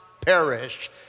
perish